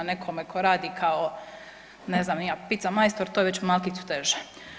Nekome tko radi kao ne znam ni ja pizza majstor to je već malkice teže.